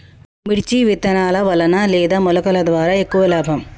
మిర్చి విత్తనాల వలన లేదా మొలకల ద్వారా ఎక్కువ లాభం?